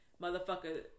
Motherfucker